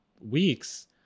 weeks